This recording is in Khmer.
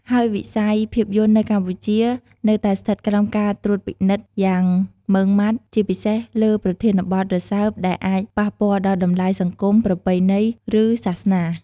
ហើយវិស័យភាពយន្តនៅកម្ពុជានៅតែស្ថិតក្រោមការត្រួតពិនិត្យយ៉ាងម៉ឺងម៉ាត់ ជាពិសេសលើប្រធានបទរសើបដែលអាចប៉ះពាល់ដល់តម្លៃសង្គម ប្រពៃណី ឬសាសនា។